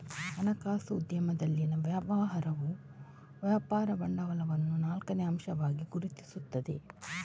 ಹಣಕಾಸು ಉದ್ಯಮದಲ್ಲಿನ ವ್ಯವಹಾರವು ವ್ಯಾಪಾರ ಬಂಡವಾಳವನ್ನು ನಾಲ್ಕನೇ ಅಂಶವಾಗಿ ಗುರುತಿಸುತ್ತದೆ